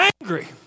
angry